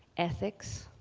ethics.